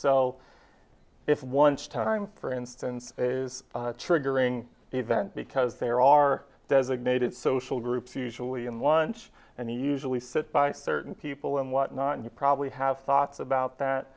so if one time for instance is triggering event because there are designated social groups usually in one church and usually sit by certain people and what not and you probably have thoughts about that